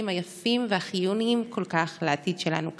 היפים והחיוניים כל כך לעתיד שלנו כאן.